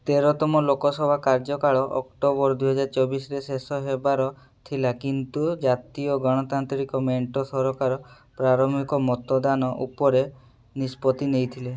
ତେରତମ ଲୋକସଭା କାର୍ଯ୍ୟକାଳ ଅକ୍ଟୋବର ଦୁଇହଜାର ଚବିଶିରେ ଶେଷ ହେବାର ଥିଲା କିନ୍ତୁ ଜାତୀୟ ଗଣତାନ୍ତ୍ରିକ ମେଣ୍ଟ ସରକାର ପ୍ରାରମ୍ଭିକ ମତଦାନ ଉପରେ ନିଷ୍ପତ୍ତି ନେଇଥିଲେ